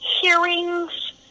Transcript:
hearings